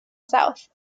south